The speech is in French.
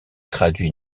traduit